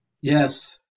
Yes